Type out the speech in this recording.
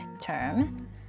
term